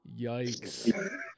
Yikes